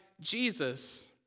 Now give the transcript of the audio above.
Jesus